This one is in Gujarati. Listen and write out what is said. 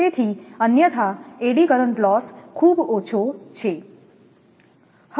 તેથી અન્યથા એડી કરંટ લોસ ખૂબ ઓછો છે